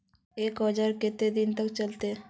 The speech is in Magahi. एक औजार केते दिन तक चलते?